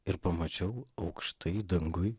ir pamačiau aukštai danguj